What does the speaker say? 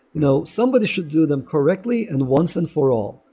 you know somebody should do them correctly and once and for all,